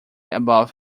above